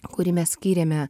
kurį mes skyrėme